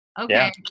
Okay